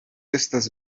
estas